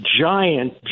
giant